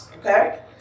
Okay